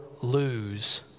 lose